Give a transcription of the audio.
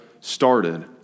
started